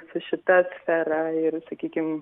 su šita sfera ir sakykim